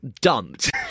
dumped